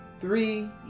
three